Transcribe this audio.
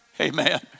Amen